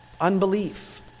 unbelief